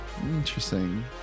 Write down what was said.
Interesting